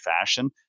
fashion